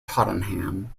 tottenham